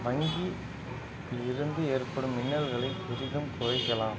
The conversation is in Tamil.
வங்கி இருந்து ஏற்படும் இன்னல்களை பெரிதும் குறைக்கலாம்